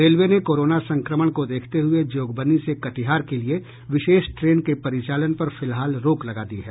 railway ने corona संक्रमण को देखते हुये जोगबनी से कटिहार के लिये विशेष ट्रेन के परिचालन पर फिलहाल रोक लगा दी है